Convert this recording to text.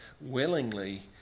willingly